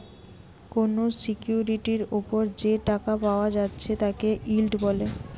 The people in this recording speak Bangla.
কোনো সিকিউরিটির উপর যে টাকা পায়া যাচ্ছে তাকে ইল্ড বলে